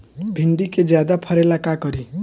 भिंडी के ज्यादा फरेला का करी?